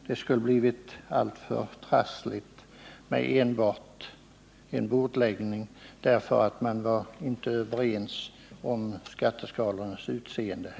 Det skulle ha blivit alltför trassligt med enbart bordläggning, eftersom man inte heller var överens om skatteskalans utseende.